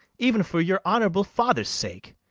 even for your honourable father's sake